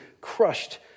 crushed